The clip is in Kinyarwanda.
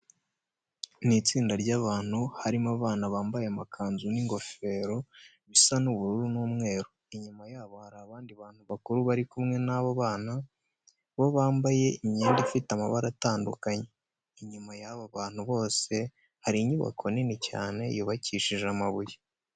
Ni itsinda ry'abantu harimo abana bambaye amakanzu n'ingofero bisa ubururu n'umweru. Inyuma yabo hari abandi bantu bakuru bari kumwe n'abo bana, bo bambaye imyenda ifite amabara atandukanye. Inyuma y'abo bantu bose hari inyubako nini cyane yubakishije amabuye.